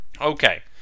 okay